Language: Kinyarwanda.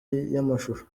y’amashusho